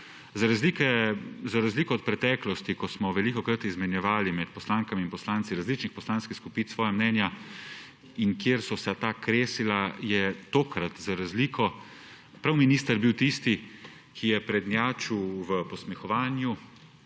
Za razliko od preteklosti, ko smo velikokrat izmenjevali med poslankami in poslanci različnih poslanskih skupin svoja mnenja in kjer so se ta kresila, je tokrat za razliko prav minister bil tisti, ki je prednjačil v posmehovanju,